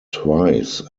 twice